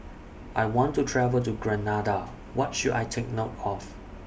I want to travel to Grenada What should I Take note of